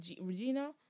Regina